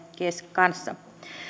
kanssa